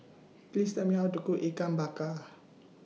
Please Tell Me How to Cook Ikan Bakar